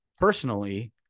Personally